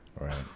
Right